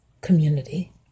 community